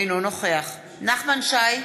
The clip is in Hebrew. אינו נוכח נחמן שי,